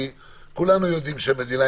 כי כולנו יודעים שמדינה,